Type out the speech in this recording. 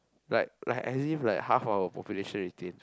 like like as if like half our population is dead